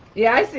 yeah,